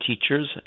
teachers